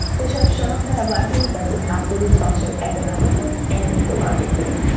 which have shown to have lasting effects on how cities function economically and ecologically.